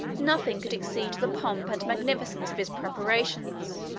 nothing could exceed the pomp and magnificence of his preparations.